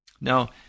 Now